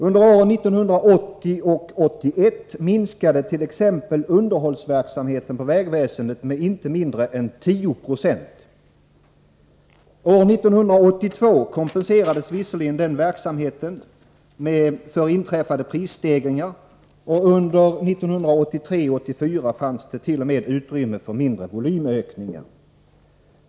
Under åren 1980 och 1981 minskade t.ex. underhållsverksamheten inom vägväsendet med inte mindre än 10 96. År 1982 kompenserades visserligen denna verksamhet för inträffade prisstegringar, och under 1983 och 1984 fanns det t.o.m. utrymme för mindre volymökningar.